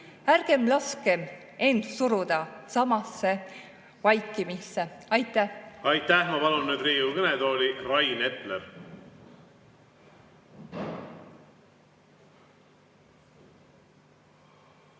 Ärgem laskem end suruda samasse vaikimisse! Aitäh! Aitäh! Ma palun nüüd Riigikogu kõnetooli Rain Epleri.